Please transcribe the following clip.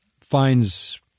finds